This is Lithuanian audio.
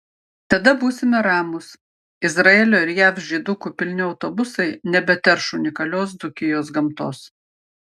tada būsime ramūs izraelio ir jav žydukų pilni autobusai nebeterš unikalios dzūkijos gamtos